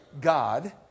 God